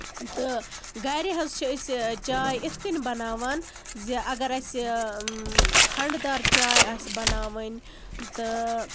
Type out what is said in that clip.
تہٕ گرِ ہنز چھِ أسۍ چاے یِتھۍ کَنۍ بَناوان زِ اَگر اَسہِ کھنڈٕ دار چاے آسہِ بَناوٕنۍ تہٕ